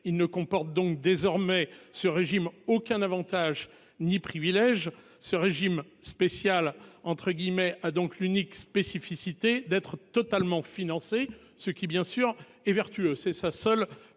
il ne comporte donc désormais ce régime aucun Avantage ni privilège ce régime spécial entre guillemets a donc l'unique spécificité d'être totalement financé. Ce qui bien sûr est vertueux, c'est sa seule particularité